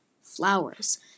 flowers